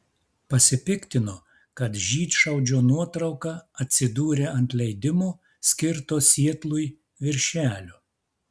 pasipiktino kad žydšaudžio nuotrauka atsidūrė ant leidimo skirto sietlui viršelio